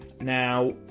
Now